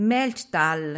Melchtal